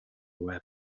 łeb